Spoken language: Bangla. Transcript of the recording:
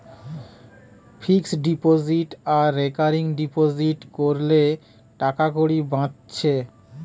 ফিক্সড ডিপোজিট আর রেকারিং ডিপোজিট কোরলে টাকাকড়ি বাঁচছে